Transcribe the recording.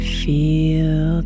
feel